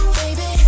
baby